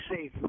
safe